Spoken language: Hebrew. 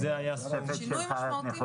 שינוי משמעותי.